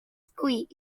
squeak